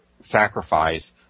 sacrifice